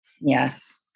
Yes